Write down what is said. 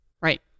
Right